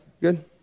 Good